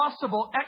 possible